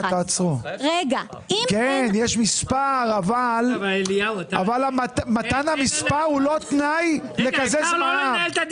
יש מספר, אבל מתן המספר הוא לא תנאי לקזז מע"מ.